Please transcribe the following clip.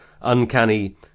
uncanny